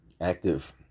active